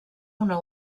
una